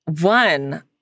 one